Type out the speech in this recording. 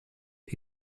est